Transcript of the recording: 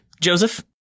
Joseph